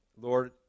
Lord